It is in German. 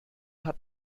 hat